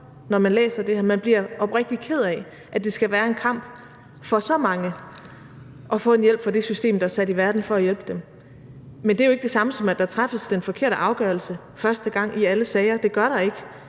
når man læser det her; man bliver oprigtigt ked af, at det skal være en kamp for så mange at få en hjælp fra det system, der er sat i verden for at hjælpe dem. Men det er jo ikke det samme, som at der træffes den forkerte afgørelse første gang i alle sager – det gør der ikke.